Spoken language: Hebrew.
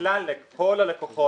ככלל לכל הלקוחות,